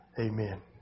Amen